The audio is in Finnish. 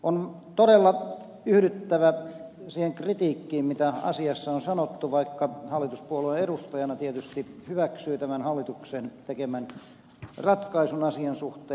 on todella yhdyttävä siihen kritiikkiin mitä asiassa on sanottu vaikka hallituspuolueen edustajana tietysti hyväksyy tämän hallituksen tekemän ratkaisun asian suhteen